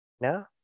No